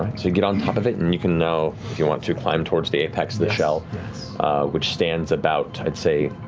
you get on top of it, and you can now, if you want to, climb towards the apex of the shell which stands about, i'd say,